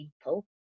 people